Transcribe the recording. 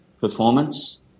performance